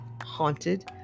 haunted